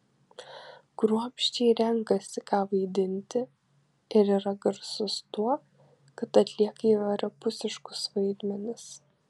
kruopščiai renkasi ką vaidinti ir yra garsus tuo kad atlieka įvairiapusiškus vaidmenis